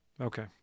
Okay